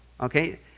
Okay